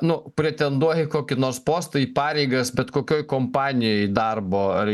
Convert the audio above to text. nu pretenduoja į kokį nors postą į pareigas bet kokioj kompanijoj darbo ar